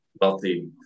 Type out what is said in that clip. wealthy